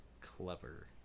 Clever